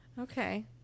Okay